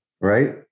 Right